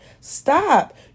Stop